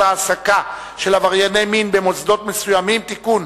העסקה של עברייני מין במוסדות מסוימים (תיקון,